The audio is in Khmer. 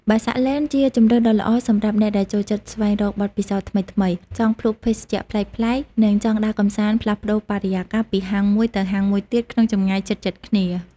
បាសាក់ ឡេន ជាជម្រើសដ៏ល្អសម្រាប់អ្នកដែលចូលចិត្តស្វែងរកបទពិសោធន៍ថ្មីៗ ចង់ភ្លក្សភេសជ្ជៈប្លែកៗ និងចង់ដើរកម្សាន្តផ្លាស់ប្តូរបរិយាកាសពីហាងមួយទៅហាងមួយទៀតក្នុងចម្ងាយជិតៗគ្នា។